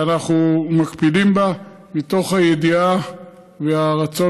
ואנחנו מקפידים עליה, מתוך הידיעה והרצון